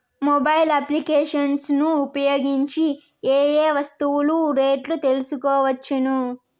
Mobile applications ను ఉపయోగించి ఏ ఏ వస్తువులు రేట్లు తెలుసుకోవచ్చును?